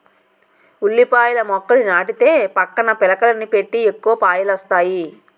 ఉల్లిపాయల మొక్కని నాటితే పక్కన పిలకలని పెట్టి ఎక్కువ పాయలొస్తాయి